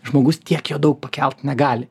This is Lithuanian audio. žmogus tiek jau daug pakelt negali